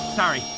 Sorry